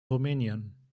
rumänien